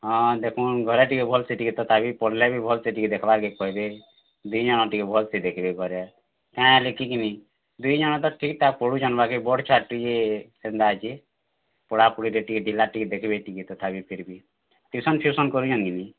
ହଁ ଦେଖୁନ୍ ଘରେ ଟିକେ ଭଲ୍ସେ ଟିକେ ବି ତଥାପି ପଢ଼୍ଲେ ବି ଭଲ୍ସେ ଟିକେ ଦେଖ୍ବାର୍କେ କହେବେ ଦୁହି ଜଣ ଟିକେ ଭଲ୍ସେ ଦେଖ୍ବେ ଘରେ କା'ଣା ହେଲେକି କି ନି ଦୁଇ ଜଣ ତ ଠିକ୍ ଠାକ୍ ପଢ଼ୁଛନ୍ ବାକି ବଡ଼୍ ଛୁଆ ଟିକେ ହେନ୍ତା ଅଛେ ପଢ଼ାପୁଢ଼ିରେ ଟିକେ ଢ଼ିଲା ଟିକେ ଦେଖ୍ବେ ଟିକେ ତଥାପି ଫିର୍ ବି ଟ୍ୟୁସନ୍ ଫ୍ୟୂସନ୍ କରୁଛନ୍ତି କି ନି